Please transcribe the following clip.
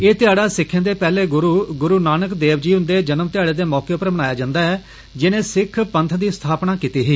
एह ध्याड़ा सिक्खें दे पेहले गुरु गुरु नानक देव जी हुन्दे जन्म ध्याड़े दे मौक पर मनाया जंदी ऐ जिनें सिक्ख पंथ दी स्थापना कीती ही